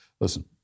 Listen